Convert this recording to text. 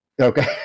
Okay